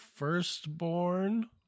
Firstborn